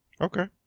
Okay